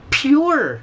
pure